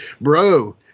bro